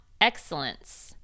excellence